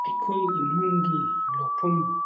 ꯑꯩꯈꯣꯏ ꯏꯃꯨꯡꯒꯤ ꯂꯧꯐꯝ